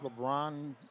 LeBron